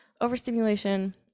overstimulation